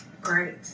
Great